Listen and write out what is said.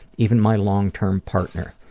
even my long-term partner.